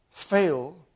fail